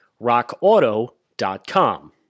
rockauto.com